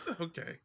Okay